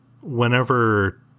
whenever